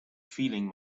feeling